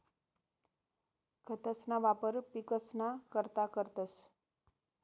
खतंसना वापर पिकसना करता करतंस